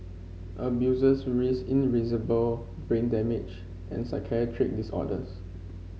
abusers risked brain damage and psychiatric disorders